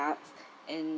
arts and